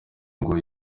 ngo